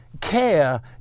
care